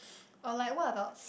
or like what about